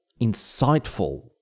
insightful